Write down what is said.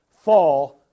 fall